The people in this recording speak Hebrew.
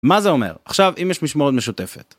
מה זה אומר? עכשיו, אם יש משמורת משותפת.